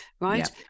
right